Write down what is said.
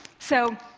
so,